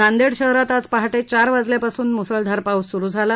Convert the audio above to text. नांदेड शहरात आज पहाटे चार वाजल्यापासून मुसळधार पाऊस सूरू झाला